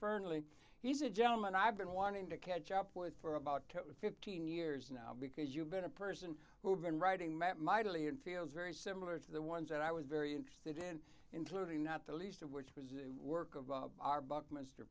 fernley he's a gentleman i've been wanting to catch up with for about fifteen years now because you've been a person who'd been writing matt mightily and feels very similar to the ones that i was very interested in including not the least of which was work of our buckminster